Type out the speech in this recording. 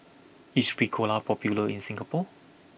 is Ricola popular in Singapore